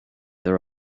there